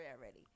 already